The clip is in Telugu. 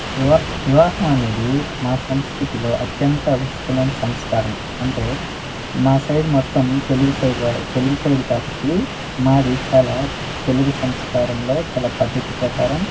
వివాహం అనేది మా సంస్కృతిలో అత్యంత విశిష్టమైన సంస్కారం అంటే మా సైడ్ మొత్తం తెలుగు సైడ్ తెలుగు సైడ్ కాబట్టి మాది చాలా తెలుగు సంస్కారంలో చాలా పద్ధతి ప్రకారం